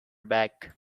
back